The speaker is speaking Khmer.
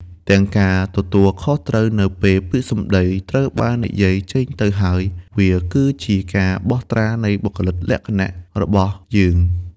ទាំងការទទួលខុសត្រូវ នៅពេលពាក្យសម្ដីត្រូវបាននិយាយចេញទៅហើយ វាគឺជាការបោះត្រានៃបុគ្គលិកលក្ខណៈរបស់យើង។